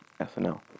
SNL